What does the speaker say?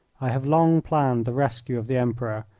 i have long planned the rescue of the emperor,